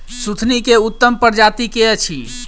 सुथनी केँ उत्तम प्रजाति केँ अछि?